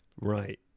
Right